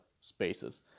spaces